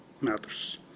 matters